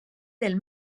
del